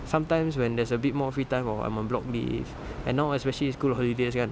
sometimes when there's a bit more free time or I'm blocked leave and now especially school holidays kan